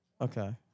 Okay